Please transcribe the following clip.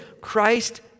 Christ